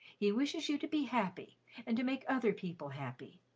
he wishes you to be happy and to make other people happy.